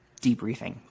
debriefing